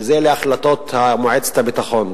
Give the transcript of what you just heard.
ואלה החלטות מועצת הביטחון